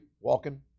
walking